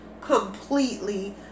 completely